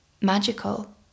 magical